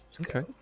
Okay